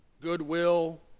goodwill